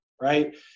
right